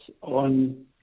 on